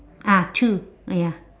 ah two ya